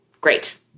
great